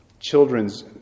children's